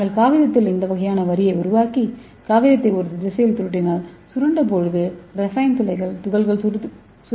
நாங்கள் காகிதத்தில் இந்த வகையான வரியை உருவாக்கி காகிதத்தை ஒரு திசையில் சுருட்டினால் சுருண்ட போது கிராபெனின் துகள்கள் சுருக்கப்படுகின்றன